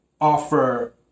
offer